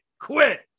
quit